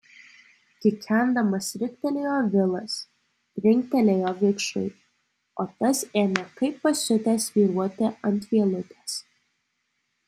kikendamas riktelėjo vilas trinktelėjo vikšrui o tas ėmė kaip pasiutęs svyruoti ant vielutės